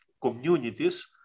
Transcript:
communities